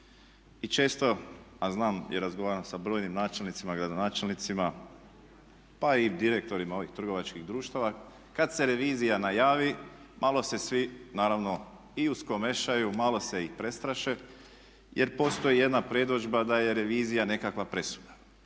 i često, a znam i razgovaram sa brojnim načelnicima, gradonačelnicima pa i direktorima ovih trgovačkih društava kad se revizija najavi malo se svi naravno i uskomešaju, malo se i prestraše jer postoji jedna predodžba da je revizija nekakva presuda.